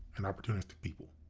and opportunistic people.